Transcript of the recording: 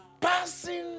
passing